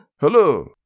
Hello